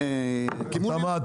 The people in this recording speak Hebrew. למה?